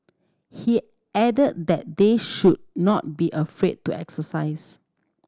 he added that they should not be afraid to exercise